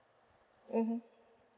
mmhmm